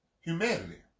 Humanity